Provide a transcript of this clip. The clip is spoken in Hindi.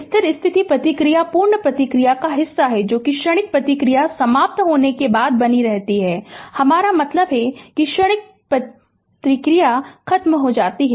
स्थिर स्थिति प्रतिक्रिया पूर्ण प्रतिक्रिया का हिस्सा है जो क्षणिक प्रतिक्रिया समाप्त होने के बाद बनी रहती है हमारा मतलब है कि क्षणिक खत्म हो गया है